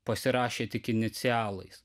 pasirašė tik inicialais